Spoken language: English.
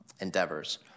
endeavors